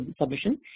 submission